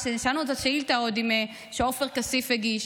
עוד כששאלנו את השאילתה שעופר כסיף הגיש